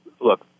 look